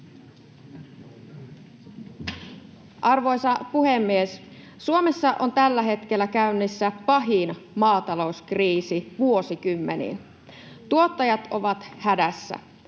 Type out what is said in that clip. Arvoisa puhemies! Suomessa on tällä hetkellä käynnissä pahin maatalouskriisi vuosikymmeniin. Tuottajat ovat hädässä.